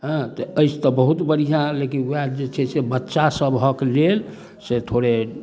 हँ तऽ एहिसँ बहुत बढ़िआँ लेकिन वएह जे छै से बच्चा सभक लेल से थोड़े